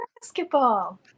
basketball